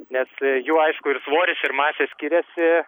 nes jų aišku ir svoris ir masė skiriasi